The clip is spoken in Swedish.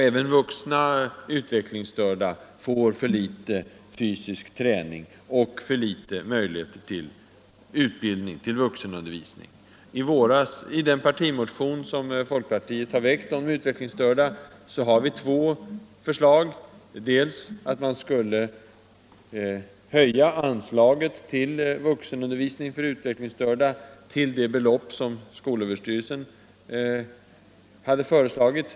Även vuxna utvecklingsstörda får för litet fysisk träning och för små möjligheter till vuxenundervisning. Folkpartiet framför i den partimotion om de utvecklingsstörda som vi väckte i våras två förslag. Vi föreslår för det första att man skall höja anslaget för vuxenundervisning för utvecklingsstörda till det belopp som skolöverstyrelsen hade föreslagit.